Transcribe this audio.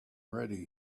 ready